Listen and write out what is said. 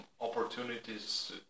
opportunities